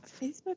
Facebook